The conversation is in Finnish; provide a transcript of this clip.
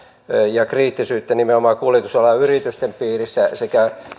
ja kriittisyyttä nimenomaan kuljetusalan yritysten piirissä sekä